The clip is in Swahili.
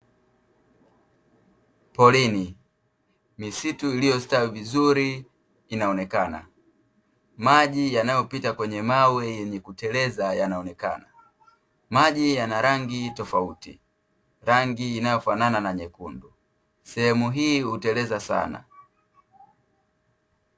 Porini, misitu iliyostawi vizuri inaonekana, maji yanayopita kwenye mawe yenye kuteleza yanaonekana. Maji yana rangi tofauti, rangi inayofanana na nyekundu, sehemu hii huteleza sana.